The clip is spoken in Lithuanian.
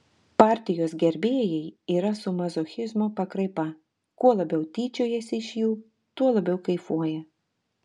partijos gerbėjai yra su mazochizmo pakraipa kuo labiau tyčiojasi iš jų tuo labiau kaifuoja